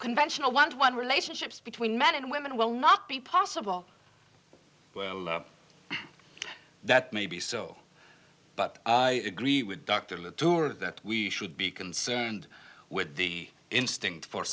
conventional one to one relationships between men and women will not be possible that maybe so but i agree with dr latour that we should be concerned with the instinct for